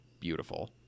beautiful